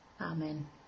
Amen